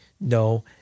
no